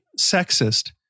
sexist